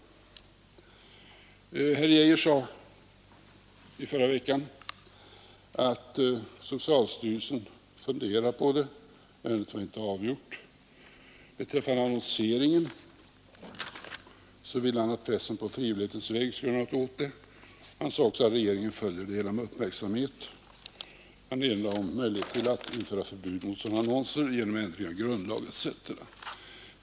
Herr Geijer sade i förra veckan att socialstyrelsen funderar på denna fråga men att ärendet ännu inte är avgjort. Beträffande annonseringen ville han att pressen på frivillighetens väg skulle göra något åt den. Han sade också att regeringen följer det hela med uppmärksamhet och erinrade om möjligheten att införa förbud mot sådana annonser genom ändring av grundlagen etc.